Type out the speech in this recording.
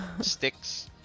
sticks